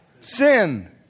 Sin